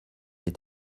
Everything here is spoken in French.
est